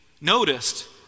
noticed